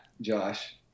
josh